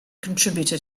contributor